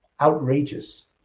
outrageous